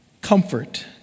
Comfort